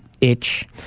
itch